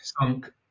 sunk